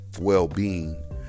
well-being